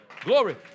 Glory